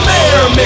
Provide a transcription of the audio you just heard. Mayor